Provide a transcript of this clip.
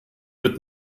wird